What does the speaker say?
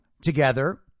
together